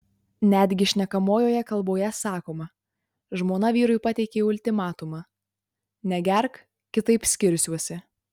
netgi šnekamojoje kalboje sakoma žmona vyrui pateikė ultimatumą negerk kitaip skirsiuosi